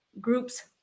groups